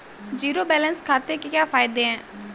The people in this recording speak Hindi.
ज़ीरो बैलेंस खाते के क्या फायदे हैं?